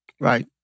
right